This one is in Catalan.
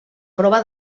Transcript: prova